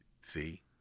See